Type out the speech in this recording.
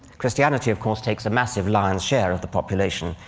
christianity, of course, takes a massive lion's share of the population,